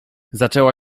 zaczęła